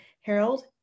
Harold